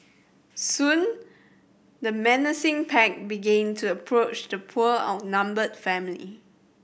soon the menacing pack began to approach the poor outnumbered family